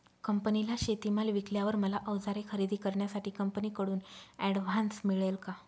कंपनीला शेतीमाल विकल्यावर मला औजारे खरेदी करण्यासाठी कंपनीकडून ऍडव्हान्स मिळेल का?